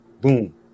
boom